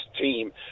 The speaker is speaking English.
team